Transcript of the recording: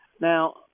now